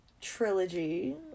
trilogy